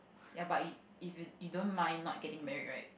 ya but you if you you don't mind not getting married right